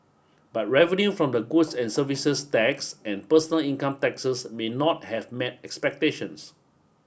but revenue from the goods and services tax and personal income taxes may not have met expectations